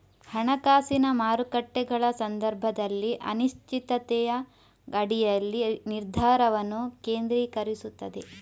ಹಣಕಾಸಿನ ಮಾರುಕಟ್ಟೆಗಳ ಸಂದರ್ಭದಲ್ಲಿ ಅನಿಶ್ಚಿತತೆಯ ಅಡಿಯಲ್ಲಿ ನಿರ್ಧಾರವನ್ನು ಕೇಂದ್ರೀಕರಿಸುತ್ತದೆ